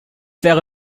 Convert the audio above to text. wäre